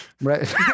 Right